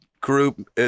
group